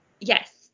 Yes